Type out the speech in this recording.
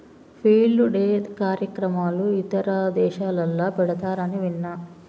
field day కార్యక్రమాలు ఇతర దేశాలల్ల పెడతారని విన్న